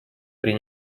при